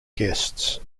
guests